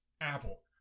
Apple